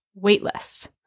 waitlist